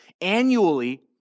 Annually